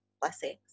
Blessings